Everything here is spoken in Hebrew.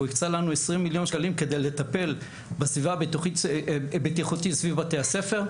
הוא הקצה לנו 20 מיליון שקלים כדי לטפל בסביבה הבטיחותית סביב בתי הספר,